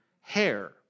hair